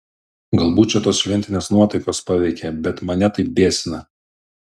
galbūt čia tos šventinės nuotaikos paveikė bet mane tai biesina